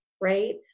right